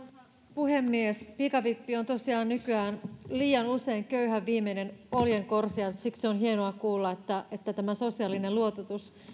puhemies pikavippi on tosiaan nykyään liian usein köyhän viimeinen oljenkorsi ja siksi on hienoa kuulla että että sosiaalinen luototus